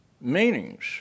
meanings